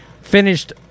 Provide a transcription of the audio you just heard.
Finished